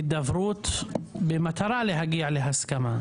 בהידברות במטרה להגיע להסכמה.